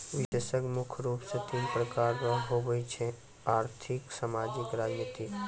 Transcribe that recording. विश्लेषण मुख्य रूप से तीन प्रकार रो हुवै छै आर्थिक रसायनिक राजनीतिक